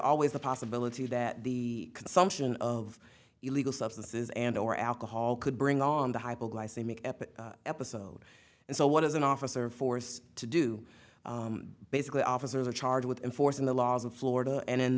always the possibility that the consumption of illegal substances and or alcohol could bring on the hypoglycemic epic episode and so what does an officer force to do basically officers are charged with enforcing the laws of florida and in